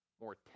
more